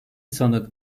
sanık